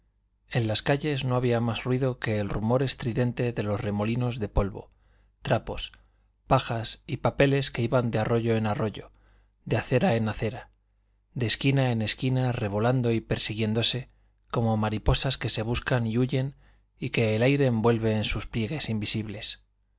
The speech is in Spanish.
en las calles no había más ruido que el rumor estridente de los remolinos de polvo trapos pajas y papeles que iban de arroyo en arroyo de acera en acera de esquina en esquina revolando y persiguiéndose como mariposas que se buscan y huyen y que el aire envuelve en sus pliegues invisibles